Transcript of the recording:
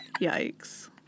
Yikes